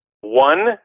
One